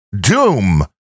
Doom